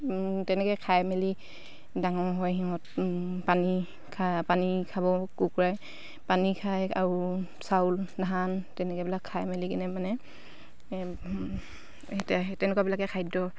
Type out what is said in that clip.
তেনেকে খাই মেলি ডাঙৰ হয় সিহঁত পানী পানী খাব কুকুৰাই পানী খাই আৰু চাউল ধান তেনেকুৱাবিলাক খাই মেলি কিনে মানে তেনেকুৱাবিলাকে খাদ্য